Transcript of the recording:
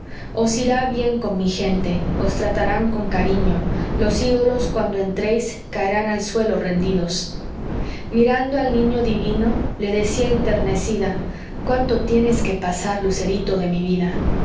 os irá bien con mi gente os tratarán con cariño los ídolos cuando entréis caerán al suelo rendidos mirando al niño divino le decía enternecida cuánto tienes que pasar lucerito de mi vida